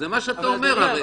זה מה שאתה אומר.